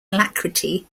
alacrity